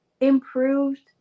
improved